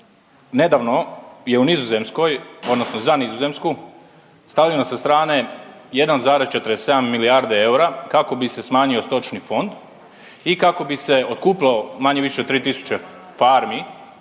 Nedavno je u Nizozemskoj, odnosno sa Nizozemsku stavljeno sa strane 1,47 milijarde eura kako bi se smanjio stočni fond i kako bi se otkupilo manje-više 3000 farmi